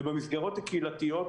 ובמסגרות הקהילתיות,